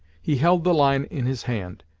he held the line in his hand,